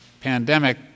pandemic